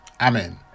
Amen